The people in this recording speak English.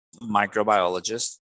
microbiologist